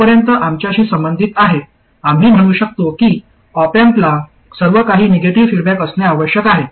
जोपर्यंत आमच्याशी संबंधित आहे आम्ही म्हणू शकतो की ऑप अँपला सर्व काही निगेटिव्ह फीडबॅक असणे आवश्यक आहे